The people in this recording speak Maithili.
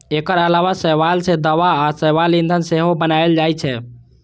एकर अलावा शैवाल सं दवा आ शैवाल ईंधन सेहो बनाएल जाइ छै